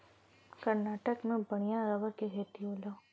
कर्नाटक में बढ़िया रबर क खेती होला